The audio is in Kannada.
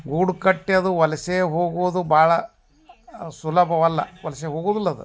ಗೂಡು ಕಟ್ಟಿ ಅದು ವಲಸೆ ಹೋಗುವುದು ಭಾಳ ಸುಲಭವಲ್ಲ ವಲಸೆ ಹೋಗೋದಿಲ್ ಅದು